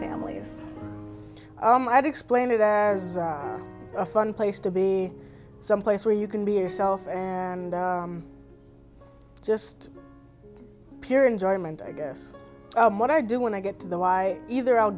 families i do explain it as a fun place to be someplace where you can be yourself and just pure enjoyment i guess what i do when i get to the y either i'll